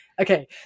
Okay